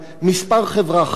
מספר חברה